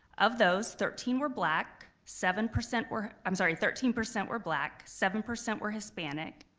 of those, thirteen were black, seven percent were, i'm sorry, thirteen percent were black, seven percent were hispanic,